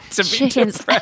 Chickens